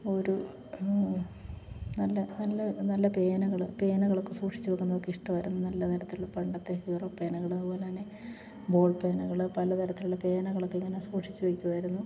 ഒരു നല്ല നല്ല നല്ല പേനകൾ പേനകളൊക്ക സൂക്ഷിച്ച് വെക്കുന്നതൊക്കെ ഇഷ്ടവായിരുന്നു നല്ല തരത്തിലുള്ള പണ്ടത്തെ ഹീറോ പേനകൾ അതുപോലെ തന്നെ ബോൾ പേനകൾ പലതരത്തിലുള്ള പേനകളൊക്കെ ഇങ്ങനെ സൂക്ഷിച്ച് വയ്ക്കുവായിരുന്നു